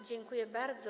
Dziękuję bardzo.